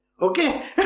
okay